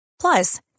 Plus